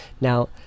now